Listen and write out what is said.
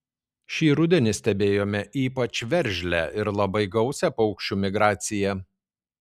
šį rudenį stebėjome ypač veržlią ir labai gausią paukščių migraciją